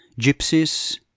Gypsies